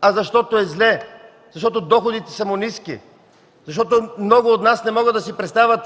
а защото е зле, защото доходите му са ниски, защото много от нас не могат да си представят